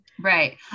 Right